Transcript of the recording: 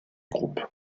groupe